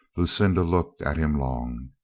lucinda looked at him long.